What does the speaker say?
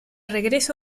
regreso